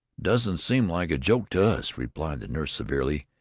doesn't seem like a joke to us, replied the nurse severely.